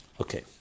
Okay